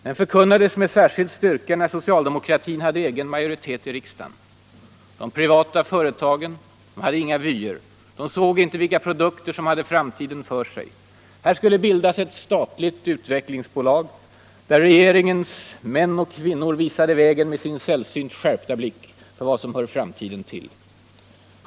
Den förkunnades med särskild styrka när socialdemokraterna hade egen majoritet i riksdagen. De privata företagen hade inga vyer, sade man. De såg inte vilka produkter som hade framtiden för sig. Här skulle bildas ett statligt utvecklingsbolag, där regeringens män och kvinnor visade vägen med sin sällsynt skärpta blick för vad som hör framtiden till.